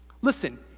Listen